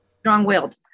strong-willed